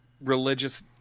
religious